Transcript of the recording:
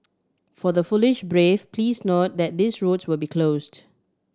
for the foolish brave please note that these roads will be closed